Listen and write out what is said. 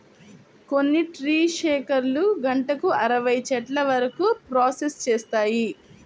కొన్ని ట్రీ షేకర్లు గంటకు అరవై చెట్ల వరకు ప్రాసెస్ చేస్తాయి